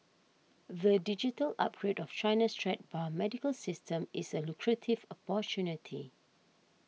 the digital upgrade of China's threadbare medical system is a lucrative opportunity